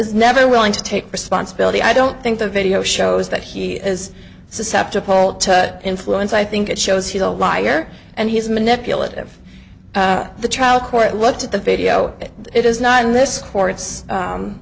willing to take responsibility i don't think the video shows that he is susceptible to influence i think it shows he's a liar and he's manipulative the trial court looked at the video it is not in this court's